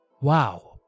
wow